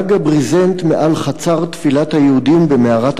גג הברזנט מעל חצר תפילת היהודים במערת